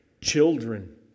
children